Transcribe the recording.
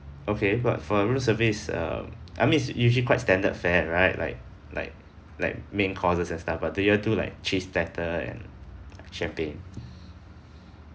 okay but for room service um I mean it's usually quite standard fare right like like like main courses and stuff but do you all do like cheese platter and champagne